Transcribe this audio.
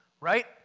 right